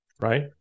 Right